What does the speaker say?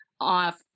off